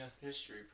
history